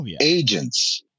agents –